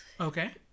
Okay